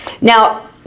Now